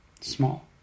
small